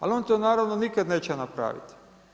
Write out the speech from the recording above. Ali on to naravno nikada neće napraviti.